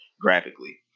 graphically